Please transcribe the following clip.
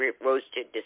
roasted